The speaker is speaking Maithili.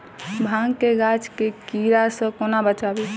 भांग केँ गाछ केँ कीड़ा सऽ कोना बचाबी?